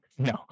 No